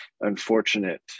unfortunate